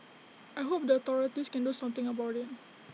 I hope the authorities can do something about IT